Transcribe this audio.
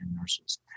nurses